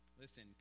Listen